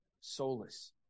soulless